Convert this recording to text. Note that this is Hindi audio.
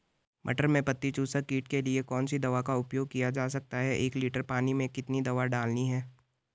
मटर में पत्ती चूसक कीट के लिए कौन सी दवा का उपयोग किया जा सकता है एक लीटर पानी में कितनी दवा डालनी है?